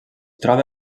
troba